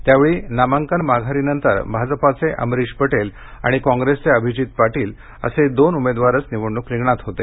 त्यावेळी नामांकन माघारीनंतर भाजपाचे अमरिश पटेल आणि कॉंग्रेसचे अभिजीत पाटील असे दोन उमेदवारच निवडणूक रिंगणात होते